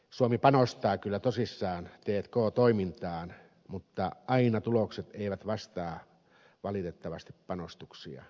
suomi panostaa kyllä tosissaan t k toimintaan mutta aina tulokset eivät vastaa valitettavasti panostuksia